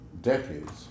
decades